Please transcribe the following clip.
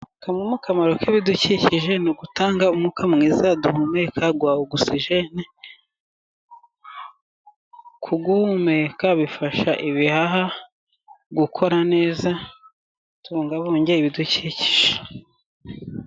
Kamwe mu kamaro k'ibidukikije ni ugutanga umwuka mwiza duhumeka wa ogisijene, kuwuhumeka bifasha ibihaha gukora neza, tubungabunge ibidukikije.